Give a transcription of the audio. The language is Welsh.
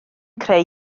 creu